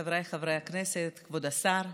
חבריי חברי הכנסת, כבוד השר,